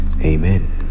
amen